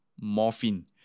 morphine